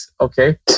Okay